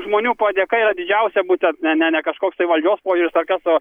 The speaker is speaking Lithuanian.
žmonių padėka yra didžiausia būtent ne ne ne kažkoks tai valdžios požiūris ar kas o